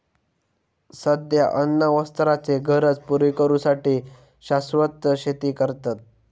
सध्या अन्न वस्त्राचे गरज पुरी करू साठी शाश्वत शेती करतत